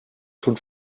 schon